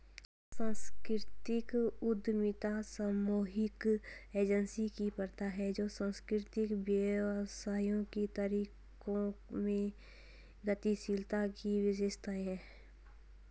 सांस्कृतिक उद्यमिता सामूहिक एजेंसी की प्रथा है जो सांस्कृतिक व्यवसायों के तरीकों में गतिशीलता की विशेषता है